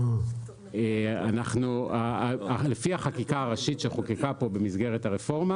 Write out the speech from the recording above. אבל לפי החקיקה הראשית שחוקקה פה במסגרת הרפורמה